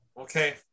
Okay